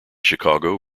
chicago